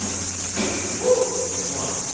woo, that's one.